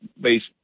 based